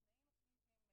התנאים הפיזיים,